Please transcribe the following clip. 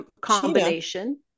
combination